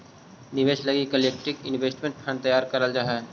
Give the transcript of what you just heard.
निवेश लगी collective investment fund तैयार करल जा हई